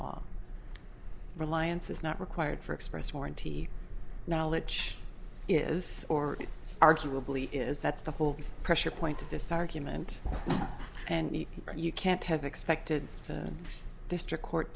law reliance is not required for express warranty knowledge is or arguably is that's the whole pressure point to this argument and you can't have expected the district court